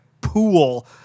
pool